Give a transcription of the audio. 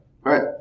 Right